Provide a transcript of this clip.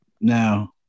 Now